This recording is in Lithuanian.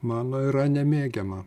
mano yra nemėgiama